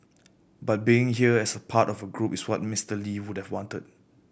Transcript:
but being here as part of a group is what Mister Lee would've wanted